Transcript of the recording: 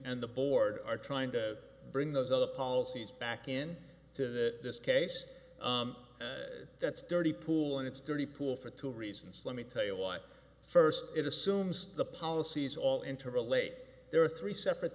and the board are trying to bring those other policies back in to that this case that's dirty pool and it's dirty pool for two reasons let me tell you what first it assumes the policies all interrelate there are three separate